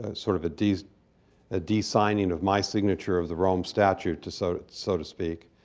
ah sort of a de-signing ah de-signing of my signature of the rome statute, to so to so to speak.